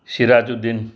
Siraj Uddin